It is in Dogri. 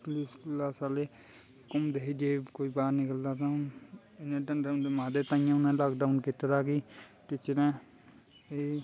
पलीस पलास आह्ले घूमदे हे जे कोई बाह्र निकलदा तां ओह् इ'यां डंडे डुंडे मारदे हे ते तांइयैं उ'नें लाकडाऊन कीते दा हा कि टीचरें एह्